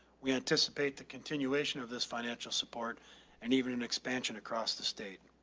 we anticipate the continuation of this financial support and even in expansion across the state.